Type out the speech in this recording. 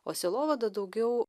o sielovada daugiau